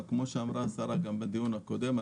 כמו שגם אמרה השרה בדיון הקודם.